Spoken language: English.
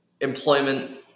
employment